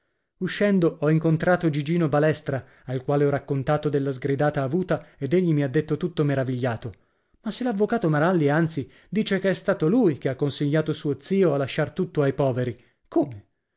uscendo ho incontrato gigino balestra al quale ho raccontato della sgridata avuta ed egli mi ha detto tutto meravigliato ma se l'avvocato maralli anzi dice che è stato lui che ha consigliato suo zio a lasciar tutto ai poveri come